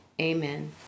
Amen